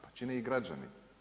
Pa čine ih građani.